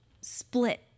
split